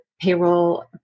payroll